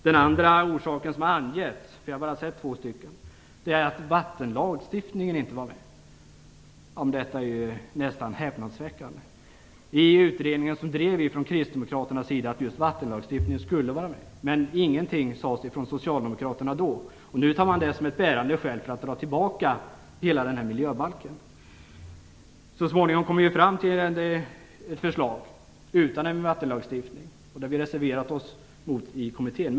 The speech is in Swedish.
Den andra orsaken som har angetts - jag har bara sett två orsaker - är att vattenlagstiftningen inte var med. Detta är nästan häpnadsväckande. I utredningen drev vi kristdemokrater just frågan att vattenlagstftningen skulle vara med, men då sade socialdemokraterna ingenting. Nu tar man detta som ett bärande skäl för att dra tillbaka hela miljöbalken. Så småningom kom vi ju fram till ett förslag utan en vattenlagstiftning. Vi reserverade oss mot det i kommittén.